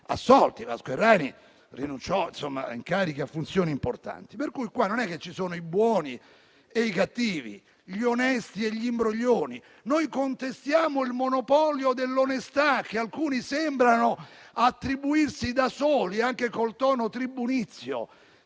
assolti. Vasco Errani rinunciò a incarichi e a funzioni importanti. Non è che qui ci sono i buoni e i cattivi, gli onesti e gli imbroglioni, noi contestiamo il monopolio dell'onestà che alcuni sembrano attribuirsi da soli, anche con il tono tribunizio.